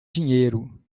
dinheiro